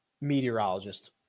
meteorologist